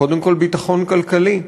קודם כול ביטחון כלכלי,